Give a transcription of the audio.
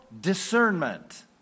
Discernment